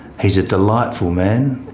he's a delightful man.